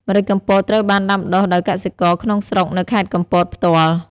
ម្រេចកំពតត្រូវបានដាំដុះដោយកសិករក្នុងស្រុកនៅខេត្តកំពតផ្ទាល់។